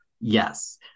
yes